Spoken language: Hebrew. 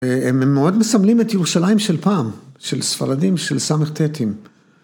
‫הם מאוד מסמלים את ירושלים של פעם, ‫של ספרדים, של סט"ים.